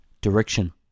direction